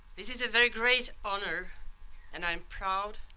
this is a very great honor and i'm proud,